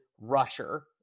rusher